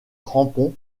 crampons